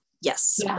Yes